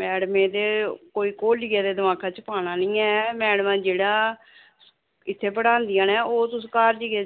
मैडमें ते कोई घोलियै ते दमाकै च पाना निं ऐ मैडमां जेह्ड़ा इत्थै पढ़ांदियां निं ओह् तुस घर जाइयै